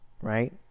right